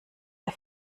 der